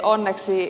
onneksi ed